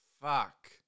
Fuck